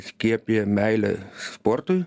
skiepija meilę sportui